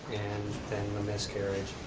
then the miscarriage,